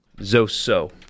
Zozo